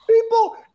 People